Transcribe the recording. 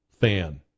fan